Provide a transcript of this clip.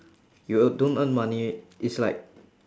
you e~ don't earn money it's like